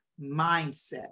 mindset